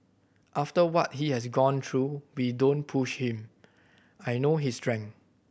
after what he has gone through we don't push him I know his strength